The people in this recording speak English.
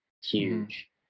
huge